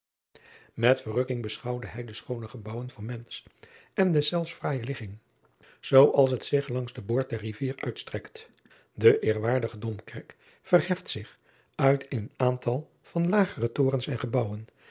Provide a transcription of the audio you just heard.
et verrukking beschouwde hij de schoone driaan oosjes zn et leven van aurits ijnslager gebouwen van entz en deszelfs fraaije ligging zoo als het zich langs den boord der rivier uitstrekt e eerwaardige omkerk verheft zich uit een aantal van lagere torens en gebouwen